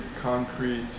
concrete